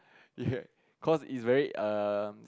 ya cause it's very um